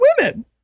women